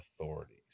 authorities